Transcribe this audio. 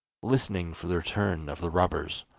listening for the return of the robbers.